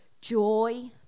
joy